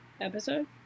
episode